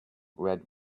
red